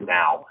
now